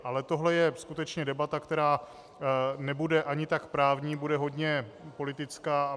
Ale tohle je skutečně debata, která nebude ani tak právní, bude hodně politická.